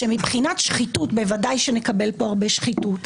מבחינת שחיתות בוודאי נקבל פה הרבה שחיתות,